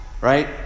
Right